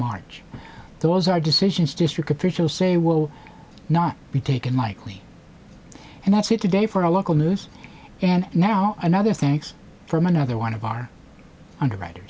march those are decisions district officials say will not be taken lightly and that's it today for a local news and now another thanks from another one of our underwriter